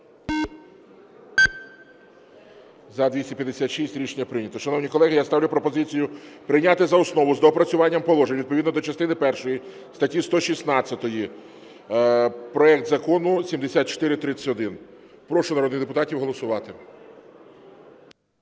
За-256 Рішення прийнято. Шановні колеги, я ставлю пропозицію прийняти за основу з доопрацюванням положень відповідно до частини першої статті 116 проект Закону 7431. Прошу народних депутатів голосувати.